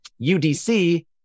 UDC